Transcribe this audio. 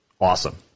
awesome